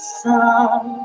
sun